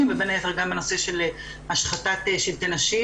ובין היתר גם בנושא של השחתת שלטי נשים.